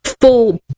full